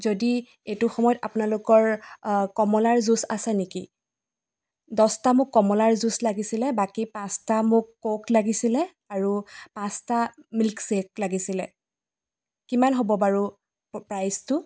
যদি এইটো সময়ত আপোনালোকৰ কমলাৰ জুচ আছে নেকি দহটা মোক কমলাৰ জুচ লাগিছিলে বাকী পাঁচটা মোক ক'ক লাগিছিলে আৰু পাঁচটা মিল্কশ্ৱেক লাগিছিলে কিমান হ'ব বাৰু প্ৰাইছটো